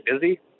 busy